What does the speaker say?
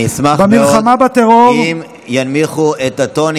חברי הכנסת, אני אשמח מאוד אם תנמיכו את הטונים